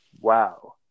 wow